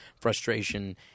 frustration